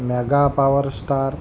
mega power star